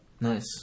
Nice